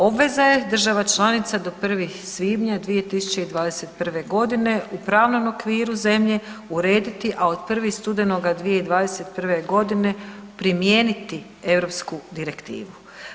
Obveza je država članica do 1. svibnja 2021. g. u pravnom okviru zemlje urediti a od 1. studenoga 2021. g. primijeniti europsku direktivu.